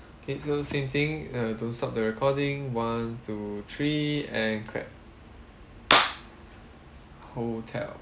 K so same thing uh don't stop the recording one two three and clap hotel